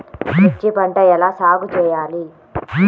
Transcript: మిర్చి పంట ఎలా సాగు చేయాలి?